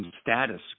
status